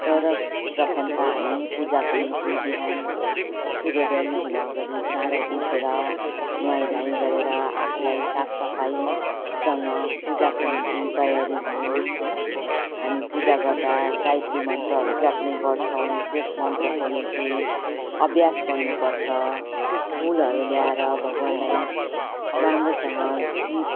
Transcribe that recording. सर्वप्रथम त हामी पूजाको निम्ति बिहान सूर्योदय हुन अगाडि चाँडो उठेर नुहाइधुवाई गरेर आफुलाई साफसफाईसँग पूजाको निम्ति तयारी हुने है हामी पूजा गर्दा गायत्री मन्त्रहरू जप्ने गर्छौँ त्यस मन्त्रको निम्ति अभ्यास गर्नुपर्छ फुलहरू ल्याएर भगवानलाई राम्रोसँग दिप